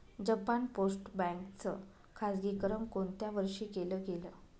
Japan post bank च खाजगीकरण कोणत्या वर्षी केलं गेलं?